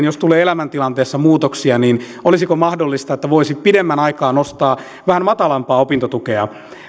jos tulee elämäntilanteessa muutoksia niin olisiko mahdollista että voisi pidemmän aikaa nostaa vähän matalampaa opintotukea